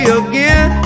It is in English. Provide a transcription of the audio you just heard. again